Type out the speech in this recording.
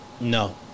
no